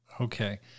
Okay